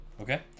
Okay